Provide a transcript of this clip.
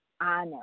honor